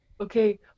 okay